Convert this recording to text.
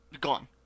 Gone